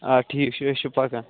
آ ٹھیٖک چھِ أسۍ چھِ پکان